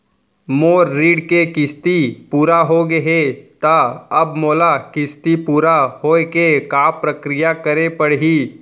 मोर ऋण के किस्ती पूरा होगे हे ता अब मोला किस्ती पूरा होए के का प्रक्रिया करे पड़ही?